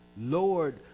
Lord